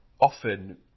often